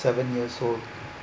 seven years old